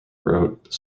wrote